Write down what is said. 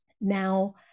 Now